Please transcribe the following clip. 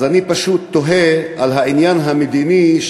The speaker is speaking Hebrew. אני פשוט תוהה על העניין המדיני.